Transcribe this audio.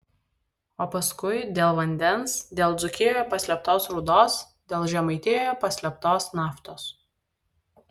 o paskui dėl vandens dėl dzūkijoje paslėptos rūdos dėl žemaitijoje paslėptos naftos